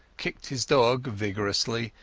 kicked his dog viciously,